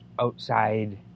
outside